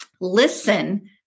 Listen